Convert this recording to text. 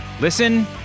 Listen